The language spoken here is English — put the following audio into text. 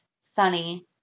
Sunny